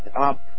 up